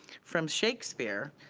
from shakespeare,